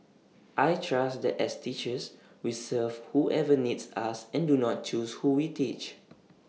I trust that as teachers we serve whoever needs us and do not choose who we teach